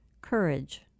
Courage